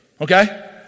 Okay